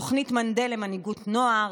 תוכנית מנדל למנהיגות נוער,